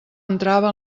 entrava